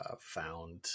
found